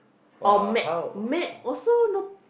or matte also no